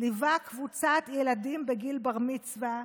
ליווה קבוצת ילדים בגיל בר-מצווה